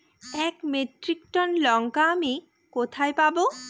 এক metric ton লঙ্কা আমি কোথায় পাবো?